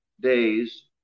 day's